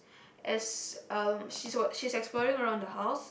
as um she's walk she's exploring around the house